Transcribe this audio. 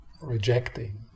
rejecting